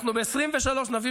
אנחנו ב-2023 נביא,